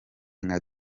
nka